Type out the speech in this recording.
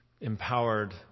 empowered